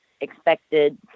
expected